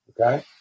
okay